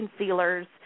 concealers